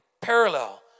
parallel